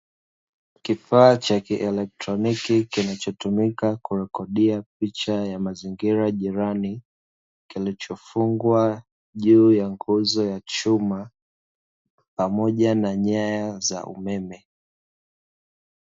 Kifaa cha kielektroniki kinachotumika kurekodia picha ya mazingira jirani, kilichofungwa juu ya nguzo ya chuma, pamoja na nyaya za umeme.